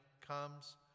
comes